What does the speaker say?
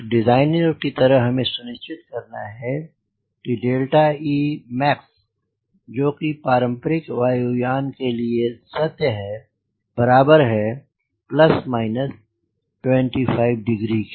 एक डिज़ाइनर की तरह हमें सुनिश्चित करना है कि max जो कि पारंपरिक वायु यान के लिए सत्य है बराबर है 25 डिग्री के